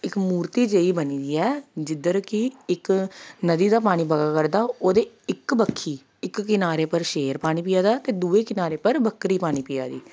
इक मूरती जेही बनी दी ऐ जिद्धर कि इक नदी दा पानी बगै करदा ओह्दे इक बक्खी इक कनारे पर शेर पानी पिया दा ते दूए कनारे पर बक्करी पानी पिया दी